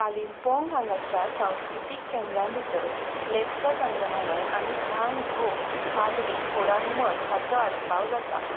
कालिंपोंग हांगाच्या सांस्कृतीक केंद्रां भितर लेप्चा संग्रहालय आनी झांग धोक पालरी फोडंग मठ हाचो आस्पाव जाता